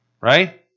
right